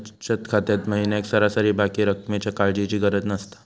बचत खात्यात महिन्याक सरासरी बाकी रक्कमेच्या काळजीची गरज नसता